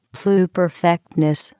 pluperfectness